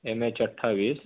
M H अठ्ठावीस